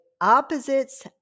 opposites